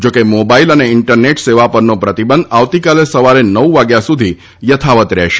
જો કે મોબાઇલ અને ઇન્ટરનેટ સેવા પરનો પ્રતિબંધ આવતીકાલે સવારે નવ વાગ્યા સુધી યથાવત રહેશે